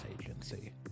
agency